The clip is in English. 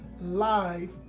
live